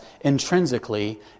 intrinsically